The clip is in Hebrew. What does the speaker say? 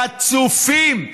חצופים,